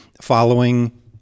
following